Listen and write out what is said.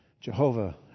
Jehovah